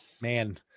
Man